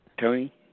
Tony